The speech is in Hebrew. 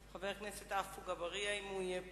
חבר הכנסת עפו אגבאריה, אם הוא יהיה פה.